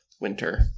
winter